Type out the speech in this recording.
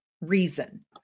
reason